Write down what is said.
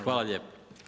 Hvala lijepo.